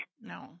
No